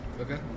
okay